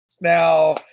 Now